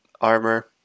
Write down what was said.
armor